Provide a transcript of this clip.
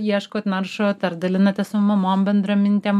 ieškot naršot ar dalinatės su mamom bendramintėm